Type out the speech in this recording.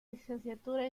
licenciatura